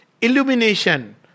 illumination